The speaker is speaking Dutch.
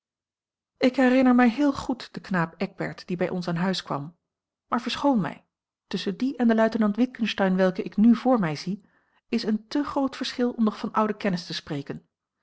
ik herinner mij heel goed den knaap eckbert die bij ons aan huis kwam maar verschoon mij tusschen dien en den luitenant witgensteyn welken ik n voor mij zie is een te groot verschil om nog van oude kennis te spreken